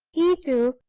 he, too,